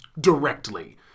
directly